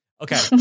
okay